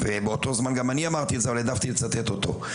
ובאותו הזמן גם אני אמרתי את זה אבל העדפתי לצטט אותו,